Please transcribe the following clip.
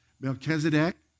Melchizedek